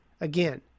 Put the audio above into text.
Again